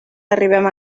arribem